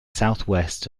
southwest